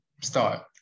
start